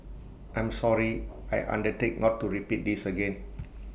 I'm sorry I undertake not to repeat this again